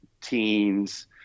teens